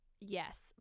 yes